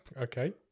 Okay